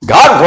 God